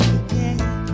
again